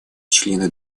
члены